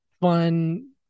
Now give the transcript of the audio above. fun